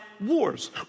wars